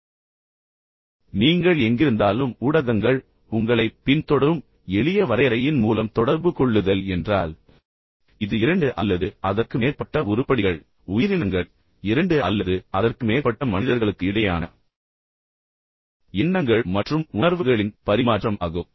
எனவே நீங்கள் எங்கிருந்தாலும் ஊடகங்கள் உங்களைப் பின்தொடரும் மற்றும் எளிய வரையறையின் மூலம் தொடர்பு கொள்ளுதல் என்றால் இது இரண்டு அல்லது அதற்கு மேற்பட்ட உருப்படிகள் உயிரினங்கள் இரண்டு அல்லது அதற்கு மேற்பட்ட மனிதர்களுக்கு இடையேயான எண்ணங்கள் மற்றும் உணர்வுகளின் பரிமாற்றம் ஆகும்